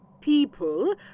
people